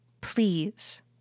Please